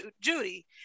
Judy